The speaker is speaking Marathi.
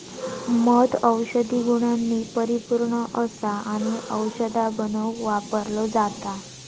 मध औषधी गुणांनी परिपुर्ण असा आणि औषधा बनवुक वापरलो जाता